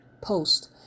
post